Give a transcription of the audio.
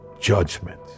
judgment